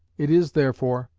it is therefore,